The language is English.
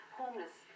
homeless